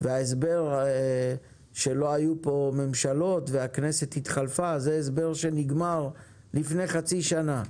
וההסבר שלא היו פה ממשלות והכנסת התחלפה זה הסבר שנגמר לפני חצי שנה.